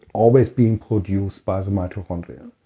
always being produced by the mitochondria.